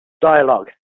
dialogue